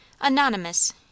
anonymous